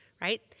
right